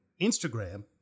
Instagram